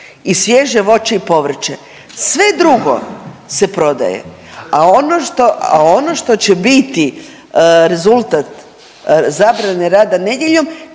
i svježe voće i povrće. Sve drugo se prodaje, a ono što, a ono što će biti rezultat zabrane rada nedjeljom